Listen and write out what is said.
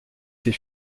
ses